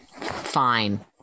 Fine